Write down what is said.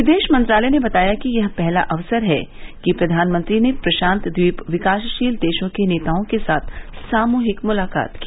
विदेश मंत्रालय ने बताया कि यह पहला अवसर है कि प्रधानमंत्री ने प्रशान्त द्वीप विकासशील देशों के नेताओं के साथ सामूहिक मुलाकात की